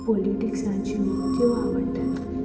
पोलिटिक्सांच्यो त्यो आवडटात